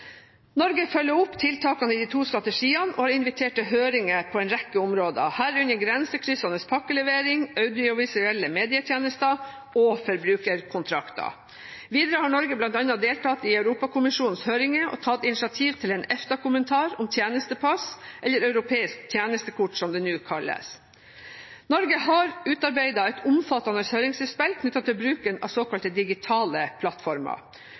Norge følger opp tiltakene i de to strategiene og har invitert til høringer på en rekke områder, herunder grensekryssende pakkelevering, audiovisuelle medietjenester og forbrukerkontrakter. Videre har Norge bl.a. deltatt i Europakommisjonens høringer og tatt initiativ til en EFTA-kommentar om tjenestepass – eller europeisk tjenestekort, som det nå kalles. Norge har utarbeidet et omfattende høringsinnspill knyttet til bruken av såkalt digitale plattformer.